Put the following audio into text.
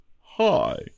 hi